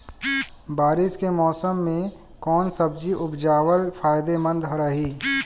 बारिश के मौषम मे कौन सब्जी उपजावल फायदेमंद रही?